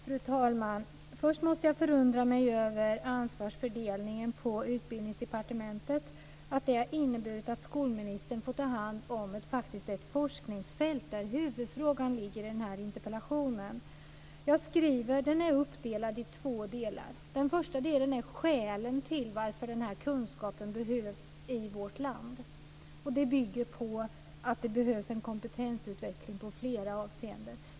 Fru talman! Först måste jag säga att jag förundrar mig över att ansvarsfördelningen på Utbildningsdepartementet har inneburit att skolministern faktiskt får ta hand om ett forskningsfält där huvudfrågan i min interpellation ligger. Interpellationen är uppdelad i två delar. Den första delen rör skälen till att den här kunskapen behövs i vårt land. Det bygger på att det behövs en kompetensutveckling i flera avseenden.